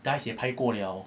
dice 也拍过了